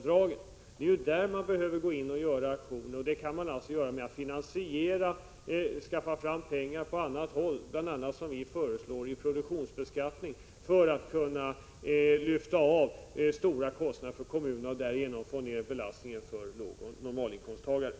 Det är där man behöver gå in med aktioner, och det kan man göra genom att skaffa fram pengar på annat håll, bl.a. med en produktionsbeskattning — som vi föreslår — för att kunna lyfta av stora kostnader från kommunerna och därigenom få ner skattebelastningen för lågoch normalinkomsttagaren.